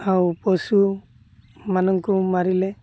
ଆଉ ପଶୁମାନଙ୍କୁ ମାରିଲେ